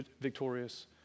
victorious